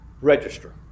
register